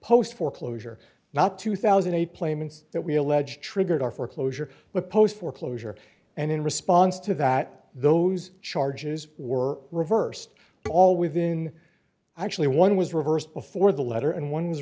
post foreclosure not two thousand and eight planes that we allege triggered our foreclosure post foreclosure and in response to that those charges were reversed all within actually one was reversed before the letter and one was